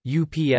UPS